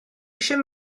eisiau